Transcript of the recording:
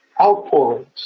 outpourings